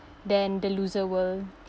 then the loser will